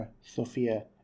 Sophia